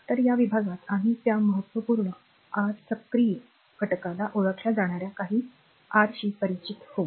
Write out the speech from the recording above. तर या विभागात आम्ही त्या महत्त्वपूर्ण आर सक्रिय घटकाला ओळखल्या जाणार्या काही r शी परिचित होऊ